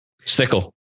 stickle